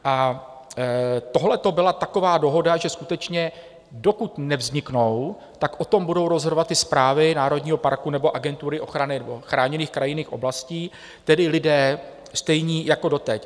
A tohleto byla taková dohoda, že skutečně dokud nevzniknou, tak o tom budou rozhodovat správy národního parku nebo agentury chráněných krajinných oblastí, tedy lidé stejní jako doteď.